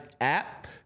app